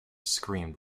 screamed